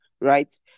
right